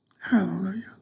Hallelujah